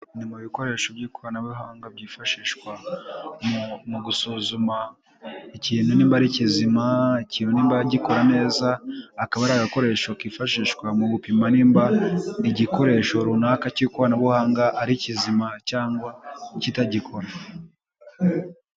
Kimwe mu bikoresho by'ikoranabuhanga, byifashishwa mu gusuzuma. ikintu niba ari kizima, ikintu niba gikora neza, akaba ari agakoresho kifashishwa mu gupima niba igikoresho runaka cy'ikoranabuhanga ari kizima cyangwa kitagikora.